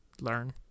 learn